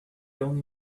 only